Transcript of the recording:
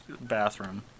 bathroom